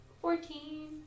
Fourteen